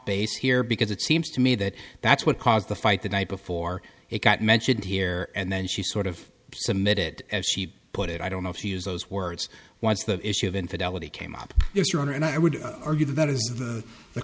base here because it seems to me that that's what caused the fight the night before it got mentioned here and then she sort of submitted as she put it i don't know if he has those words was the issue of infidelity came up this year and i would argue that that is